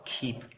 keep